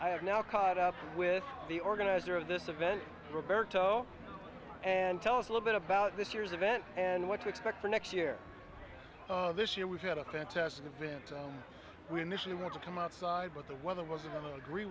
i have now caught up with the organizer of this event roberto and tell us a little bit about this year's event and what to expect for next year this year we've got a fantastic event we initially want to come outside but the weather